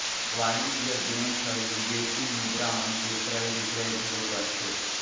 वाणिज्य बेंक हर विदेसी मुद्रा मन के क्रय बिक्रय घलो करथे